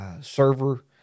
server